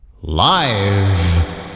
live